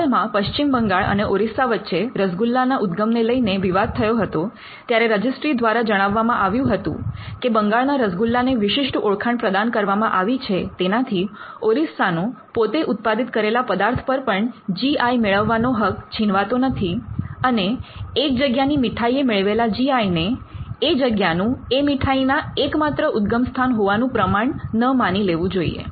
હાલમાં પશ્ચિમ બંગાળ અને ઓરિસ્સા વચ્ચે રસગુલ્લાના ઉદ્ગમ ને લઈને વિવાદ થયો હતો ત્યારે રજીસ્ટ્રી દ્વારા જણાવવામાં આવ્યું હતું કે બંગાળના રસગુલ્લા ને વિશિષ્ટ ઓળખાણ પ્રદાન કરવામાં આવી છે તેનાથી ઓરિસ્સાનો પોતે ઉત્પાદિત કરેલા પદાર્થ પર પણ જી આઈ મેળવવાનો હક છીનવાતો નથી અને એક જગ્યા ની મીઠાઈએ મેળવેલા જી આઈ ને એ જગ્યાનું એ મીઠાઈના એકમાત્ર ઉદ્દગમસ્થાન હોવાનું પ્રમાણ ન માની લેવું જોઈએ